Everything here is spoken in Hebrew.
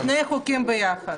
שני חוקים ביחד.